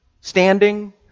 standing